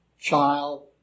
child